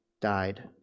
died